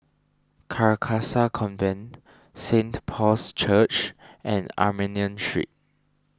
Carcasa Convent Saint Paul's Church and Armenian Street